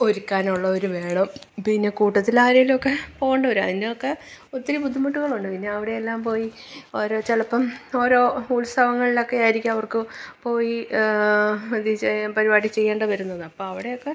ഒരുക്കാനുള്ളവര് വേണം പിന്നെ കൂട്ടത്തിലാരേലും ഒക്കെ പോകേണ്ട വരും അതിനൊക്കെ ഒത്തിരി ബുദ്ധിമുട്ടുകളുണ്ട് പിന്നെ അവിടെ എല്ലാം പോയി അവര് ചിലപ്പം ഓരോ ഉത്സവങ്ങൾലൊക്കെയായിരിക്കും അവർക്ക് പോയി അത് ചെയ്യുമ്പഴും അത് ചെയ്യണ്ട വരുന്നത് അപ്പോൾ അവിടെയൊക്കെ